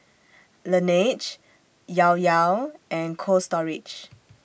Laneige Llao Llao and Cold Storage